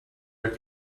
are